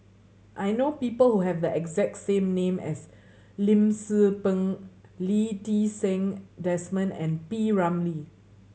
I know people who have the exact same name as Lim Tze Peng Lee Ti Seng Desmond and P Ramlee